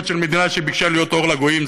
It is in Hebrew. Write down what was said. של מדינה שביקשה להיות אור לגויים,